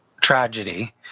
tragedy